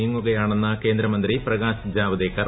നീങ്ങുകയാണെന്ന് കേന്ദ്രമന്ത്രി പ്രികാശ് ജാവദേക്കർ